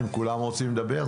אם כולם רוצים לדבר,